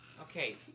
Okay